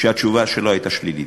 שהתשובה שלו הייתה שלילית.